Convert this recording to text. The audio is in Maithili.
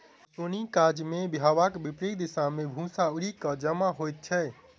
ओसौनीक काजमे हवाक विपरित दिशा मे भूस्सा उड़ि क जमा होइत छै